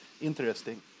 interesting